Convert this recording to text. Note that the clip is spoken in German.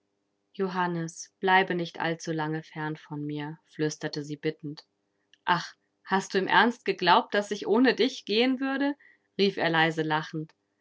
johannes bleibe nicht allzulange fern von mir flüsterte sie bittend ach hast du im ernst geglaubt daß ich ohne dich gehen würde rief er leise lachend